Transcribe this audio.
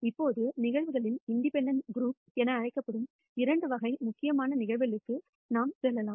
இப்போது நிகழ்வுகளின் இண்டிபெண்டெண்ட் தொகுப்பு என அழைக்கப்படும் இரண்டு வகை முக்கியமான நிகழ்வுகளுக்கு நாம் செல்லலாம்